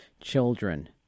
children